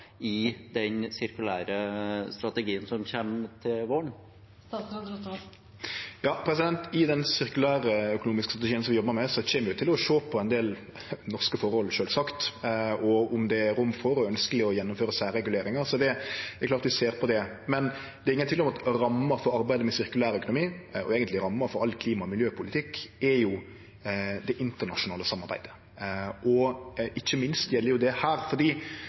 i den sirkulære strategien som kommer til våren? Ja, i den sirkulærøkonomiske strategien som vi jobbar med, kjem vi til å sjå på ein del norske forhold – sjølvsagt – og om det er rom for og ønskjeleg å gjennomføre særreguleringar. Så det er klart vi ser på det. Men det er ingen tvil om at ramma for arbeidet med sirkulærøkonomi – og eigentleg ramma for all klima- og miljøpolitikk – er det internasjonale samarbeidet. Ikkje minst gjeld det her,